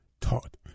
taught